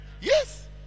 Yes